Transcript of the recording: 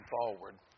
forward